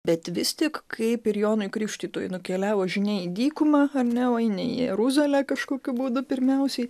bet vis tik kaip ir jonui krikštytojui nukeliavo žinia į dykumą ar ne oi ne į jeruzalę kažkokiu būdu pirmiausiai